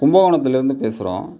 கும்பகோணத்துலேருந்து பேசுகிறோம்